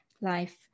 life